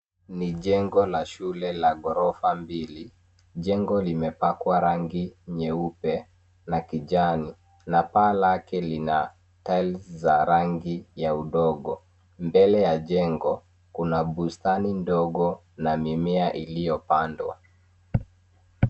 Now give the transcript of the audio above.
Ni jengo la shule la ghorofa mbili. Jengo limepakwa rangi nyeupe na kijani na paa lake lina tyres za rangi ya udongo. Mbele ya jengo, kuna bustani ndogo na mimea iliyopandwa.